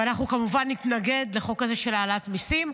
ואנחנו כמובן נתנגד לחוק הזה של העלאת מיסים.